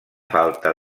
falta